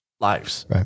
lives